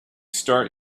start